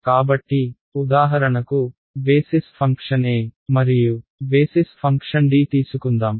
కాబట్టి ఉదాహరణకు basis function a మరియు బేసిస్ ఫంక్షన్ d తీసుకుందాం